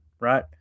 right